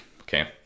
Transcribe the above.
okay